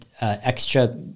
extra